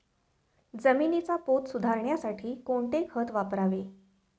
जमिनीचा पोत सुधारण्यासाठी कोणते खत वापरावे?